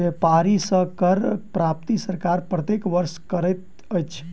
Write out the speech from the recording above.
व्यापारी सॅ करक प्राप्ति सरकार प्रत्येक वर्ष करैत अछि